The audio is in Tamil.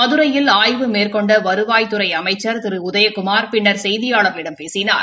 மதுரையில் ஆய்வு மேற்கொண்ட வருவாய்த்துறை அமைச்சா் திரு உதயகுமார் பின்னா் செய்தியாளர்களிடம் பேசினார்